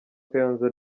kayonza